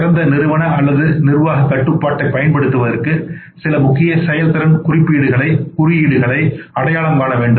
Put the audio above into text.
சிறந்த நிறுவன கட்டுப்பாடு அல்லது நிர்வாகக் கட்டுப்பாட்டைப் பயன்படுத்துவதற்கு சில முக்கிய செயல்திறன் குறியீடுகளை அடையாளம் காண வேண்டும்